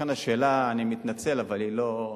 לכן השאלה, אני מתנצל, אבל היא לא,